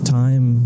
time